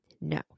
No